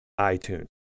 iTunes